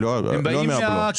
הן באות מהקרן.